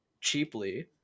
cheaply